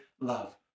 love